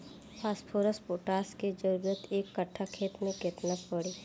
Phosphorus potash के जरूरत एक कट्ठा खेत मे केतना पड़ी?